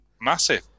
massive